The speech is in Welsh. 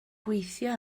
gweithio